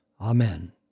Amen